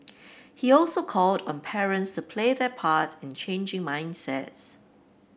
he also called on parents to play their parts in changing mindsets